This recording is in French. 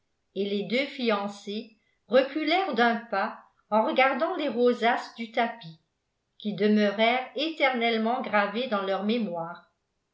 et les deux fiancés reculèrent d'un pas en regardant les rosaces du tapis qui demeurèrent éternellement gravées dans leur mémoire